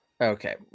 okay